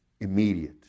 immediate